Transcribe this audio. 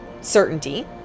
certainty